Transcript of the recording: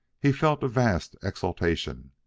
he felt a vast exaltation.